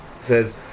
says